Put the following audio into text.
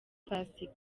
pasika